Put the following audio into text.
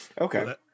Okay